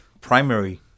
primary